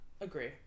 agree